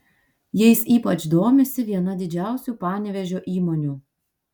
jais ypač domisi viena didžiausių panevėžio įmonių